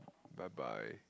bye bye